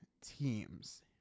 teams